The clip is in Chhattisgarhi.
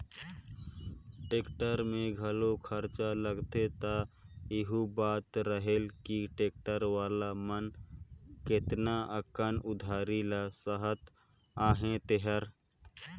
टेक्टर में घलो खरचा लागथे त एहू बात रहेल कि टेक्टर वाला मन केतना अकन उधारी ल सहत अहें तेहर